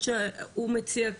הוא אומר,